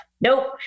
nope